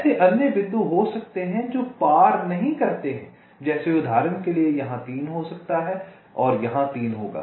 ऐसे अन्य बिंदु हो सकते हैं जो पार नहीं करते हैं जैसे उदाहरण के लिए यहां 3 हो सकता है और यहां 3 होगा